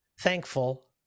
thankful